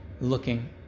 looking